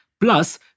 Plus